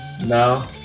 No